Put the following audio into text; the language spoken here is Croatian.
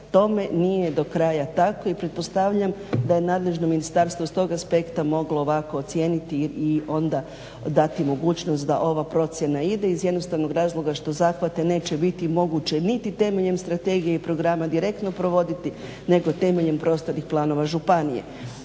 tome nije do kraja tako i pretpostavljam da je nadležno ministarstvo s tog aspekta moglo ovako ocijeniti i onda dati mogućnost da ova procjena ide iz jednostavnog razloga što zahvate neće biti moguće niti temeljem strategije i programa direktno provoditi nego temeljnim prostornih planova županije.